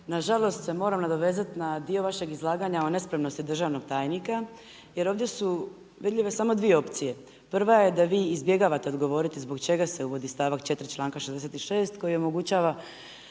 nažalost se moram nadovezati na dio vašeg izlaganja o nespremnosti državnog tajnika, jer ovdje su vidljive samo dvije opcije. Prva je da vi izbjegavate odgovoriti zbog čega se uvodi stava 4. čl. 66. koji omogućava